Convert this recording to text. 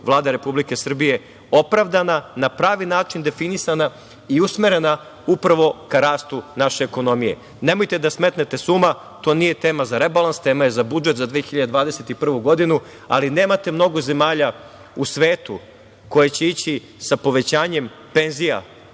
Vlada Republike Srbije opravdana, na pravi način definisana i usmerena upravo ka rastu naše ekonomije. Nemojte da smetnete sa uma, to nije tema za rebalans, tema je za budžet za 2021. godinu, ali nemate mnogo zemalja u svetu koje će ići sa povećanjem penzija